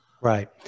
Right